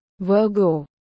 Virgo